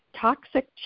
toxic